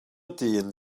dyn